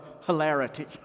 hilarity